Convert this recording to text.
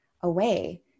away